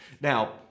Now